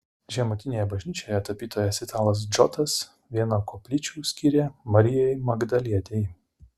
žemutinėje bažnyčioje tapytojas italas džotas vieną koplyčių skyrė marijai magdalietei